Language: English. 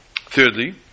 thirdly